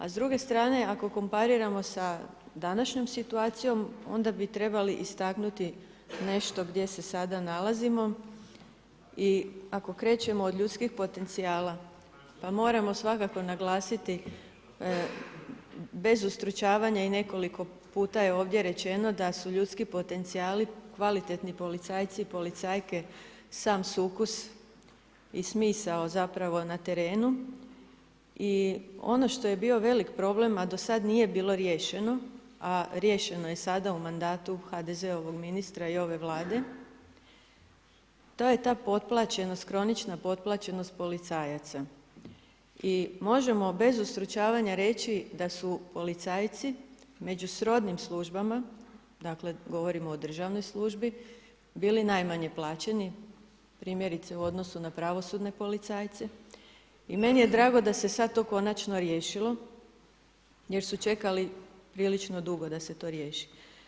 A s druge strane, ako kompariramo sa današnjom situacijom, onda bi trebali istaknuti nešto gdje se sada nalazimo i ako krećemo od ljudskih potencijala, pa moramo svakako naglasiti bez ustručavanja i nekoliko puta je ovdje rečeno da su ljudski potencijali kvalitetni policajci i policajke sam sukus i smisao zapravo na terenu i ono što je bio velik problem, a do sada nije bilo riješeno, a riješeno je sada u mandatu HDZ-ovog ministra i ove Vlade, to je ta kronična potplačenost policajaca i možemo bez ustručavanja reći da su policajci među srodnim službama, dakle, govorimo o državnoj službi, bili najmanje plaćeni primjerice, u odnosu na pravosudne policajce i meni je drago da se sad to konačno riješilo jer su čekali prilično dugo da se to riješi.